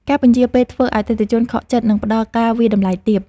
ការពន្យារពេលធ្វើឱ្យអតិថិជនខកចិត្ត និងផ្ដល់ការវាយតម្លៃទាប។